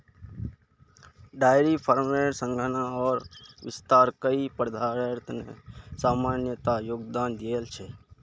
dairy farmer सघनता आर विस्तार कई पर्यावरनेर समस्यात योगदान दिया छे